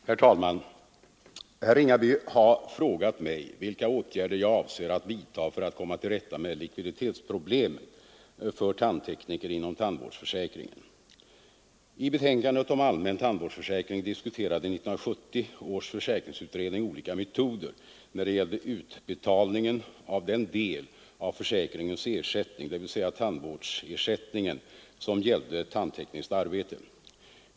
Herr talman! Herr Ringaby har frågat mig vilka åtgärder jag avser att vidta för att komma till rätta med likviditetsproblemen för tandtekniker inom tandvårdsförsäkringen. 5 I betänkandet om allmän tandvårdsförsäkring diskuterade 1970 års försäkringsutredning olika metoder när det gällde utbetalningen av den del av försäkringens ersättning, dvs. tandvårdsersättningen, som gällde tandtekniskt arbete.